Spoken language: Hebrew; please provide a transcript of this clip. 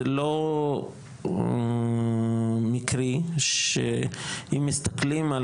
זה לא מקרי שאם מסתכלים,